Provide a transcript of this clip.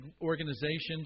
organizations